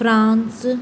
France